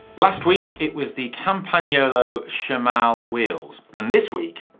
last week, it was the campagnolo shamal wheels. and this week,